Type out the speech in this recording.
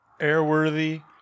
airworthy